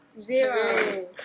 Zero